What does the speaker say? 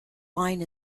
line